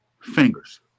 fingers